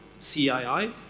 CII